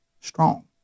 strong